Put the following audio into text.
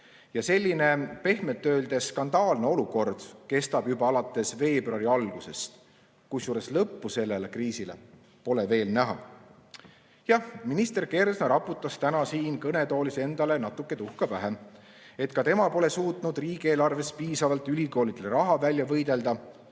Selline pehmelt öeldes skandaalne olukord kestab juba alates veebruari algusest, kusjuures lõppu sellele kriisile pole veel näha. Jah, minister Kersna raputas täna siin kõnetoolis endale natuke tuhka pähe, et ka tema pole suutnud riigieelarvest piisavalt ülikoolidele raha välja võidelda.